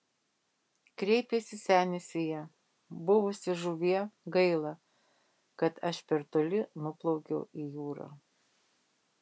kreipėsi senis į ją buvusi žuvie gaila kad aš per toli nuplaukiau į jūrą